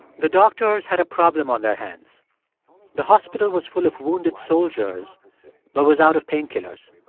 the doctors had a problem on their hands the hospital was full of wounded soldiers but was out of painkillers.